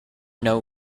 know